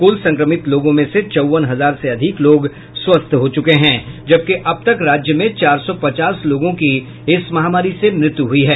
कुल संक्रमित लोगों में से चौवन हजार से अधिक लोग स्वस्थ हो चूके हैं जबकि अब तक राज्य में चार सौ पचास लोगों की इस महामारी से मृत्यु हुई है